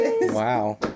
Wow